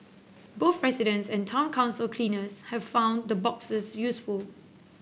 both residents and town council cleaners have found the boxes useful